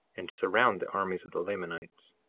and surround the armies of the lamanites.